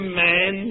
man